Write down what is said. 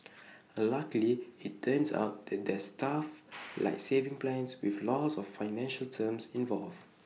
luckily IT turns out that there's stuff like savings plans with lots of financial terms involved